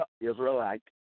Israelite